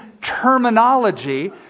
terminology